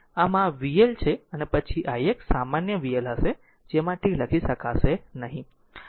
આમ આ vL છે પછી ix સામાન્ય vL હશે જેમાં t લખી શકાશે નહીં